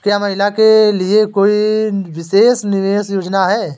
क्या महिलाओं के लिए कोई विशेष निवेश योजना है?